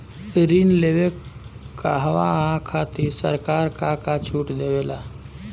ऋण लेवे कहवा खातिर सरकार का का छूट देले बा?